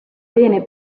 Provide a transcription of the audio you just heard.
bene